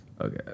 Okay